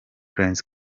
prince